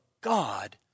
God